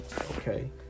Okay